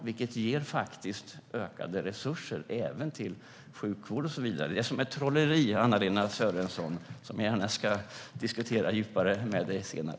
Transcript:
Det ger ökade resurser även till sjukvård och så vidare. Det är som ett trolleri, Anna-Lena Sörenson, som jag gärna ska diskutera djupare med dig senare.